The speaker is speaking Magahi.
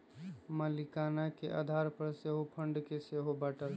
मलीकाना के आधार पर सेहो फंड के सेहो बाटल